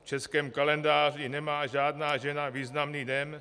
V českém kalendáři nemá žádná žena významný den.